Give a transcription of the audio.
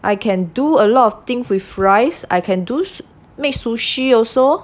I can do a lot of things with rice I can do make sushi also